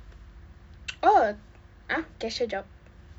oh ah cashier job